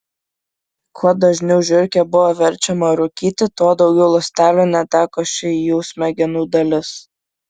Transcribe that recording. kuo dažniau žiurkė buvo verčiama rūkyti tuo daugiau ląstelių neteko ši jų smegenų dalis